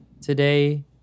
today